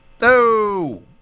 No